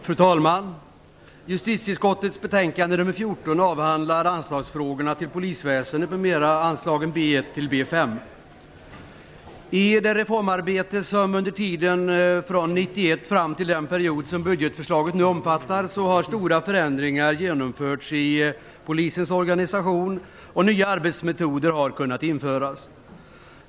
Fru talman! Justitieutskottets betänkande nr 14 I det reformarbete som under tiden från 1991 fram till den period som budgetförslaget nu omfattar har stora förändringar genomförts i polisens organisation och nya arbetsmetoder har kunnat införas.